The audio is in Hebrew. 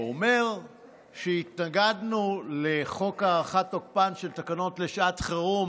ואומר שהתנגדנו לחוק הארכת תוקפן של תקנות לשעת חירום